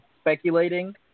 speculating